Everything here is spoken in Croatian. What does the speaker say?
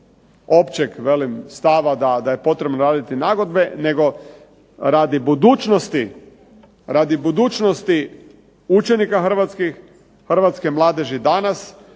velim stava da je potrebno raditi nagodbe, nego radi budućnosti učenika hrvatskih, hrvatske mladeži danas.